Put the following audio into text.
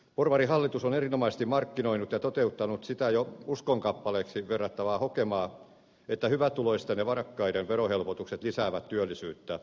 porvarihallitus on erinomaisesti markkinoinut ja toteuttanut sitä jo uskonkappaleeksi verrattavaa hokemaa että hyvätuloisten ja varakkaiden verohelpotukset lisäävät työllisyyttä